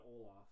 Olaf